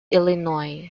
ill